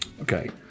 Okay